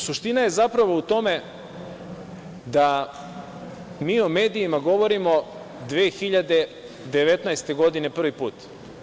Suština je, zapravo, u tome da mi o medijima govorimo 2019. godine prvi put.